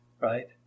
right